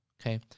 Okay